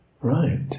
right